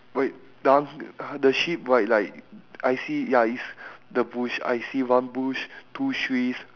wait the unc~ the sheep right like I see ya it's the bush I see one bush two trees